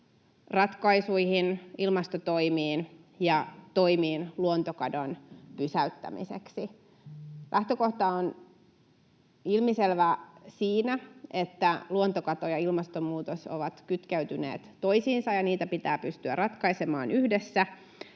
ilmastoratkaisuihin, ilmastotoimiin ja toimiin luontokadon pysäyttämiseksi. Lähtökohta on ilmiselvä siinä, että luontokato ja ilmastonmuutos ovat kytkeytyneet toisiinsa ja niitä pitää pystyä ratkaisemaan yhdessä.